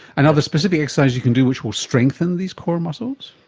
and are there specific exercises you can do which will strengthen these core muscles?